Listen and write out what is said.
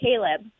Caleb